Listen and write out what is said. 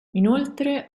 inoltre